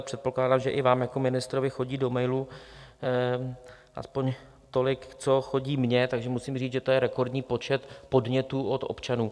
Předpokládám, že i vám jako ministrovi chodí do mailů aspoň tolik, co chodí mně, takže musím říct, že to je rekordní počet podnětů od občanů.